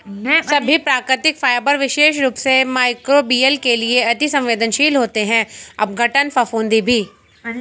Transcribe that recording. सभी प्राकृतिक फाइबर विशेष रूप से मइक्रोबियल के लिए अति सवेंदनशील होते हैं अपघटन, फफूंदी भी